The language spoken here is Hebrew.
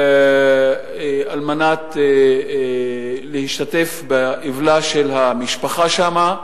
על מנת להשתתף באבלה של המשפחה שם,